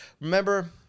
Remember